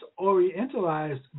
orientalized